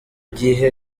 gihe